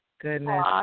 goodness